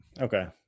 Okay